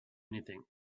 anything